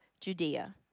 Judea